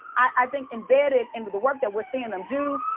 i think embedded into the work that we're seein' em do,